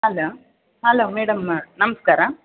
hello hello madam ನಮಸ್ಕಾರ